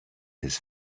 his